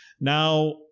Now